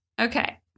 Okay